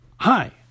Hi